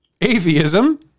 atheism